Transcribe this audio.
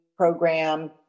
Program